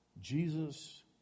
Jesus